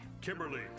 Kimberly